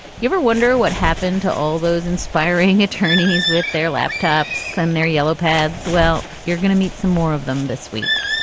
you ever wonder what happened to all those inspiring attorneys with their laptops and their yellow pads? well, you're going to meet some more of them this week.